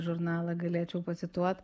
žurnalą galėčiau pacituot